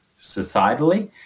societally